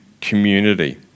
community